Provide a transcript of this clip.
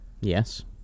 Yes